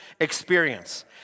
experience